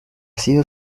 sido